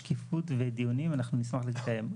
שקיפות ודיונים אנחנו נשמח לקיים.